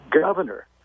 governor